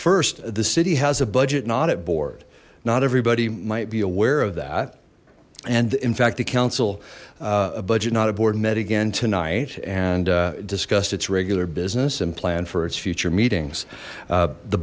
first the city has a budget not at board not everybody might be aware of that and in fact the council budget not aboard met again tonight and discussed its regular business and planned for its future meetings the